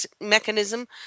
mechanism